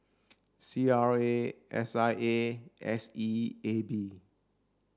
C R A S I A S E A B